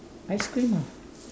ice cream ah